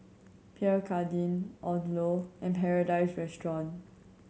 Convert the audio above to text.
Pierre Cardin Odlo and Paradise Restaurant